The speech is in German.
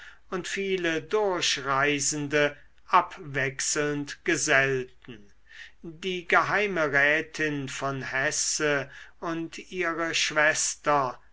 und viele durchreisende abwechselnd gesellten die geheimerätin von hesse und ihre schwester